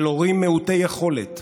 של הורים מעוטי יכולות,